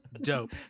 Dope